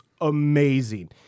amazing